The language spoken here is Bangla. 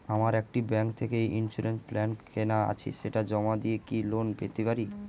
আমার একটি ব্যাংক থেকে ইন্সুরেন্স প্ল্যান কেনা আছে সেটা জমা দিয়ে কি লোন পেতে পারি?